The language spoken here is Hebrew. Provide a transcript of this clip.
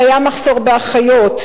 קיים מחסור באחיות,